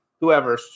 whoever